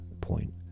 point